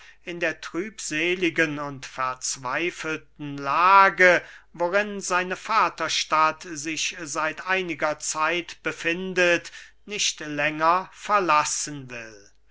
in der trübseligen und verzweifelten lage worin seine vaterstadt sich seit einiger zeit befindet nicht länger verlassen will